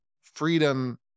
freedom